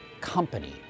Company